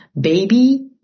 baby